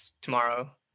tomorrow